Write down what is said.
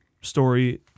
story